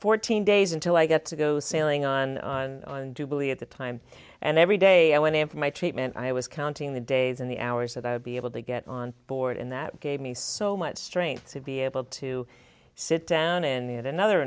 fourteen days until i get to go sailing on on on do believe at the time and every day i went in for my treatment i was counting the days and the hours that i would be able to get on board and that gave me so much strength to be able to sit down in the at another